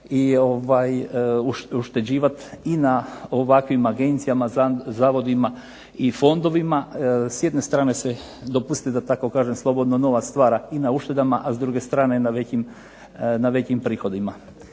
i ušteđivati na ovakvim agencijama, zavodima i fondovima. S jedne strane dopustite da tako kažem slobodno novac stvara na uštedama, a s druge strane na veći prihodima.